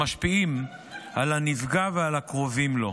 המשפיעים על הנפגע ועל הקרובים לו.